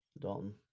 dalton